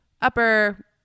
upper